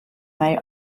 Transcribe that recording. may